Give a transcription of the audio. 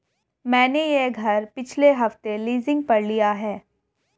मैंने यह घर पिछले हफ्ते लीजिंग पर लिया है